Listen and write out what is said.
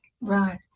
Right